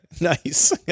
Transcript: Nice